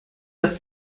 dass